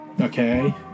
okay